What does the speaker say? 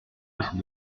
risque